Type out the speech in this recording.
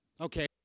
Okay